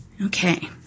Okay